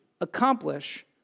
accomplish